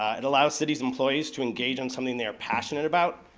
it allows city employees to engage in something they are passionate about,